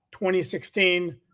2016